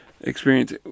experience